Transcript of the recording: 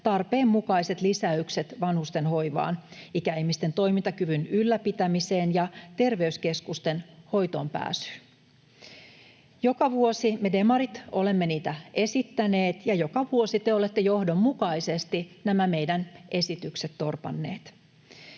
tarpeenmukaiset lisäykset vanhustenhoivaan, ikäihmisten toimintakyvyn ylläpitämiseen ja terveyskeskuksiin hoitoon pääsyyn? Joka vuosi me demarit olemme niitä esittäneet, ja joka vuosi te olette johdonmukaisesti nämä meidän esityksemme torpanneet.